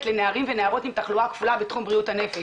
לנערים ונערות עם תחלואה כפולה בתחום בריאות הנפש.